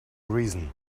reason